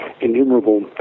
innumerable